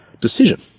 decision